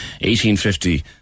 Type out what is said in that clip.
1850